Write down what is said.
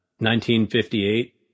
1958